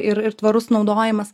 ir ir tvarus naudojimas